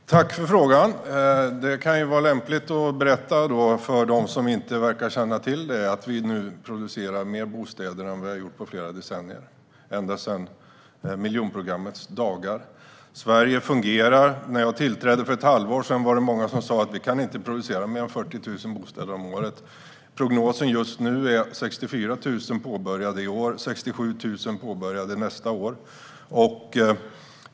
Herr talman! Jag tackar för frågan. Det kan vara lämpligt att berätta för dem som inte verkar känna till det att vi nu producerar fler bostäder än vad vi har gjort på flera decennier - sedan miljonprogrammets dagar. Sverige fungerar. När jag tillträdde för ett halvår sedan var det många som sa att vi inte kan producera mer än 40 000 bostäder om året. Prognosen just nu är 64 000 påbörjade i år och 67 000 påbörjade nästa år.